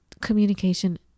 communication